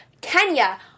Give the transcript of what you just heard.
Kenya